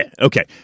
Okay